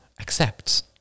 accepts